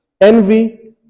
Envy